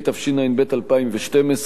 התשע"ב 2012,